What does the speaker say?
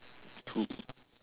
to